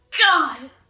God